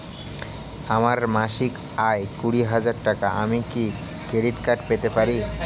আমার মাসিক আয় কুড়ি হাজার টাকা আমি কি ক্রেডিট কার্ড পেতে পারি?